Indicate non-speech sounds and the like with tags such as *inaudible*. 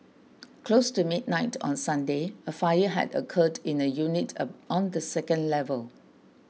close to midnight on Sunday a fire had occurred in a unit *hesitation* on the second level